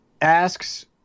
asks